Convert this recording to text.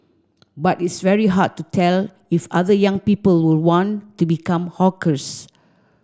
but it's very hard to tell if other young people will want to become hawkers